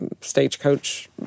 Stagecoach